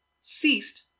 Ceased